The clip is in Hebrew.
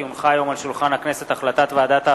כי הונחה היום על שולחן הכנסת החלטת ועדת העבודה,